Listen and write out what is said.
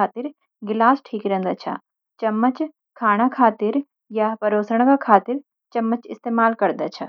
खातिर गिलास ठिक रौंदा छन। चम्मच – खाना खातिन या परोसण खातिन चम्मच इस्तेमाल करदा छ।